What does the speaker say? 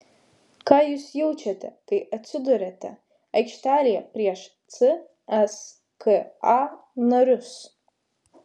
ką jūs jaučiate kai atsiduriate aikštelėje prieš cska narius